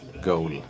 goal